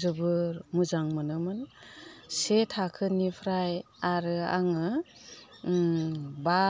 जोबोर मोजां मोनोमोन से थाखोनिफ्राय आरो आङो बा